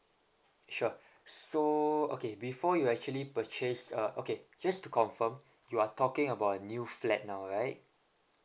sure so okay before you actually purchased uh okay just to confirm you are talking about a new flat now right